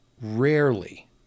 rarely